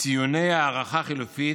ציוני הערכה חלופית,